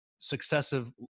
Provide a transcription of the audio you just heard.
successive